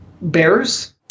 bears